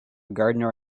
gardener